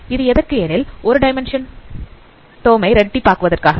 இது எதற்கு எனில் ஒரு டைமென்ஷன் டோம் ஐ இரட்டிப்பு ஆக்குவதற்காக